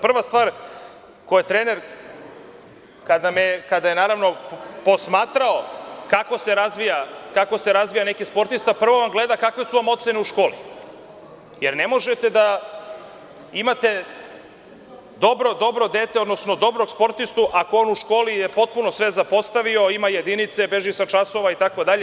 Prva stvar koju je trener kada me je posmatrao kako se razvija neki sportista, prvo gleda kakve su vam ocene u školi, jer ne možete da imate dobro dete, odnosno dobrog sportistu ako je on u školi potpuno sve zapostavio, ima jedinice, beži sa časova itd.